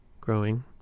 growing